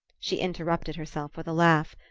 she interrupted herself with a laugh.